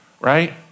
right